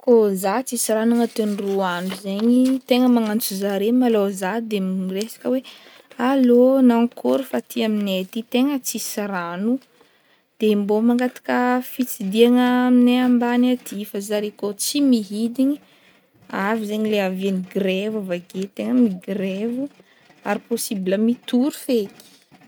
Kao za tsisy rano agnatin'ny roa andro zegny, tegna magnantso zare malô zaho, de miresaka hoe: Allô, nankôry fa ety amignay aty tegna tsisy rano, de mbô mangataka fitsidihana aminay ambany aty, fa zareo ko tsy mihidigny, avy zegny le hiavian'ny grevy, tegna migrevy ary possible mitohy feky.